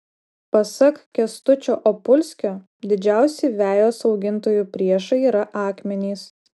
pasak kęstučio opulskio didžiausi vejos augintojų priešai yra akmenys